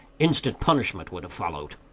instant punishment would have followed.